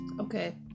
Okay